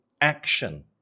action